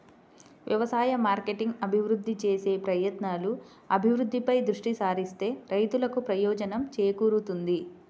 వ్యవసాయ మార్కెటింగ్ అభివృద్ధి చేసే ప్రయత్నాలు, అభివృద్ధిపై దృష్టి సారిస్తే రైతులకు ప్రయోజనం చేకూరుతుంది